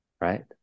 Right